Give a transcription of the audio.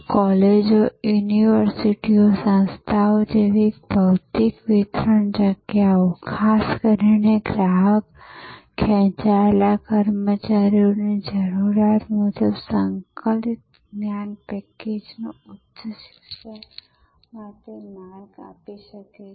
કોલેજો યુનિવર્સિટીઓ સંસ્થાઓ જેવી ભૌતિક વિતરણ જગ્યાઓ ખાસ કરીને ગ્રાહક ખેંચાયેલા કર્મચારીઓની જરૂરિયાત મુજબ સંકલિત જ્ઞાન પેકેજોને ઉચ્ચ શિક્ષણ માટે માર્ગ આપી શકે છે